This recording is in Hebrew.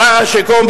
שר השיכון,